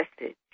message